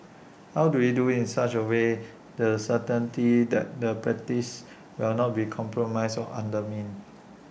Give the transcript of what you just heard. how do we do IT such away the certainty that the practices will not be compromised or undermined